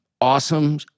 awesome